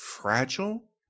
fragile